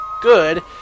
good